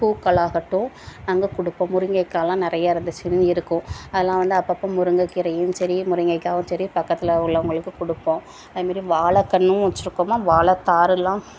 பூக்களாகட்டும் நாங்கள் கொடுப்போம் முருங்கைக்காயெலாம் நிறைய இருந்துச்சினு இருக்கும் அதெலாம் வந்து அப்பப்போ முருங்கைக்கீரையும் சரி முருங்கைக்காயும் சரி பக்கத்தில் உள்ளவர்களுக்கு கொடுப்போம் அதேமாரி வாழைக் கன்றும் வச்சுருக்கோமா வாழைத்தாருலாம்